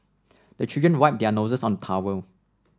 the children wipe their noses on the towel